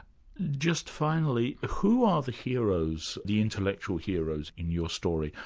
just finally, who are the heroes, the intellectual heroes in your story?